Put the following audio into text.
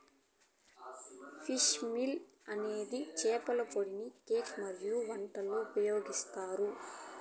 fish meal అనేది చేపల పొడిని కేక్ మరియు వంటలలో ఉపయోగిస్తారు